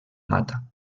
mata